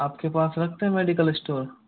आप के पास रखते हैं मेडिकल स्टोर